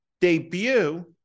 debut